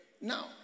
Now